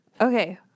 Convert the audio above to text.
Okay